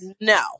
no